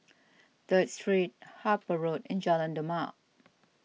the three Harper Road and Jalan Demak